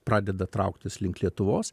pradeda trauktis link lietuvos